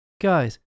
Guys